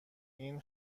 این